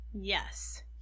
Yes